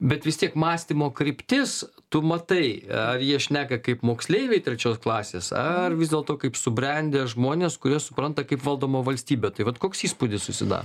bet vis tiek mąstymo kryptis tu matai ar jie šneka kaip moksleiviai trečios klasės ar vis dėlto kaip subrendę žmonės kurie supranta kaip valdoma valstybė tai vat koks įspūdis susidar